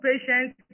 patients